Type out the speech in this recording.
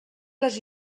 les